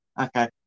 Okay